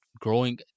growing